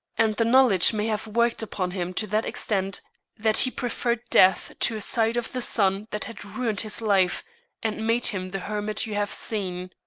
and the knowledge may have worked upon him to that extent that he preferred death to a sight of the son that had ruined his life and made him the hermit you have seen.